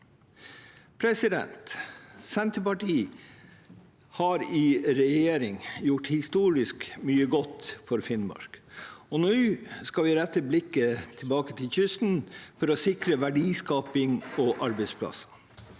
i Vardø. Senterpartiet har i regjering gjort historisk mye godt for Finnmark. Nå skal vi rette blikket tilbake til kysten for å sikre verdiskaping og arbeidsplasser.